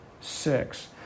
six